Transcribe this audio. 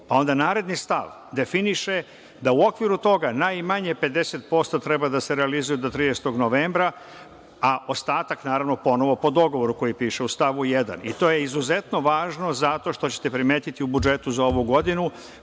onda, naredni stav definiše da u okviru toga najmanje 50% treba da se realizuje do 30. novembra, a ostatak naravno ponovo po dogovoru koji piše u stavu 1. To je izuzetno važno zato što ćete primetiti u budžetu za ovu godinu,